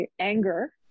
anger